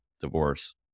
divorce